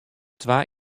twa